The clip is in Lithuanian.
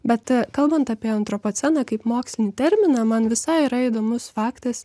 bet kalbant apie antropoceną kaip mokslinį terminą man visai yra įdomus faktas